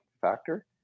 factor